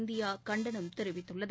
India கண்டனம் தெரிவித்துள்ளது